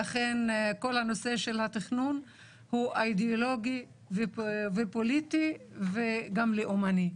שאכן כל הנושא של התכנון הוא אידיאולוגי ופוליטי וגם לאומני.